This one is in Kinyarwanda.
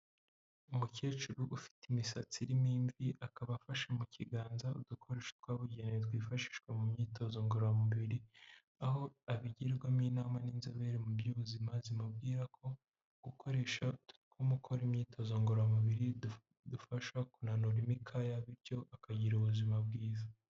Umukecuru ufite imisatsi irimo imvi akaba afasha mu kiganza udukoresho twabugenei twifashishwa mu myitozo ngororamubiri aho abigirwamo inama n'inzobere mu by'ubuzima zimubwira ko gukoresha gukora imyitozo ngororamu biridufasha kunanura imikaya bityo akagira ubuzima bwiza.